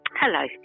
Hello